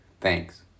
Thanks